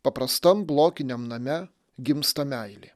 paprastam blokiniam name gimsta meilė